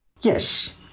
Yes